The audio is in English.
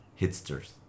Hitsters